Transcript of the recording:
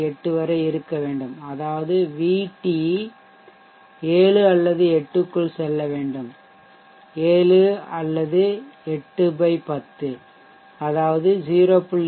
8 வரை இருக்க வேண்டும் அதாவது விடி 7 அல்லது 8 க்கு செல்ல வேண்டும் 7 அல்லது 810 0